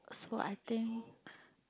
so I think